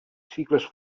cicles